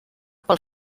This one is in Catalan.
pel